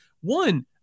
One